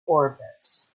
orbit